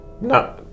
No